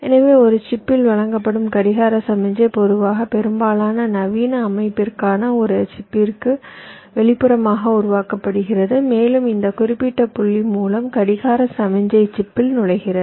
எனவே ஒரு சிப்பில் வழங்கப்படும் கடிகார சமிக்ஞை பொதுவாக பெரும்பாலான நவீன அமைப்பிற்கான ஒரு சிப்பிற்கு வெளிப்புறமாக உருவாக்கப்படுகிறது மேலும் இந்த குறிப்பிட்ட புள்ளி மூலம் கடிகார சமிக்ஞை சிப்பில் நுழைகிறது